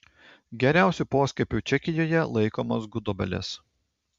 geriausiu poskiepiu čekijoje laikomos gudobelės